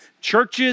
churches